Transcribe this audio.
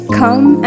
come